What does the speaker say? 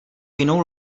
jinou